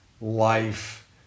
life